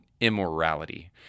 immorality